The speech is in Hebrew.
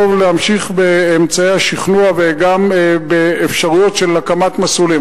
טוב להמשיך באמצעי השכנוע וגם באפשרויות של הקמת מסלולים.